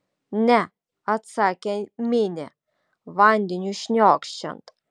ne atsakė minė vandeniui šniokščiant